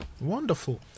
Wonderful